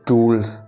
Tools